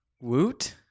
woot